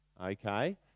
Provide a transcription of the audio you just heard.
Okay